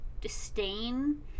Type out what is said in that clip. disdain